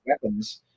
weapons